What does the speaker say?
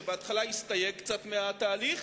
שבהתחלה הסתייג קצת מהתהליך.